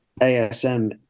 ASM